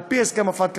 על-פי הסכם FATCA,